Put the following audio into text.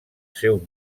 seu